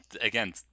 again